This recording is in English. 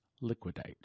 liquidate